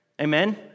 Amen